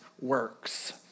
works